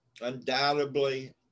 undoubtedly